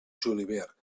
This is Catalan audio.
julivert